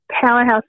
powerhouse